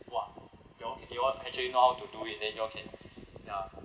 !wah! you all can you all actually know how to do it then you all can ya